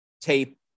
tape